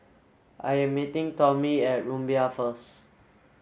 I am meeting Tomie at Rumbia first